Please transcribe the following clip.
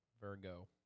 Virgo